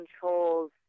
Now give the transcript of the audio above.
controls